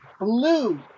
Blue